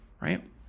right